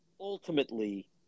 ultimately